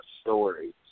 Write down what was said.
stories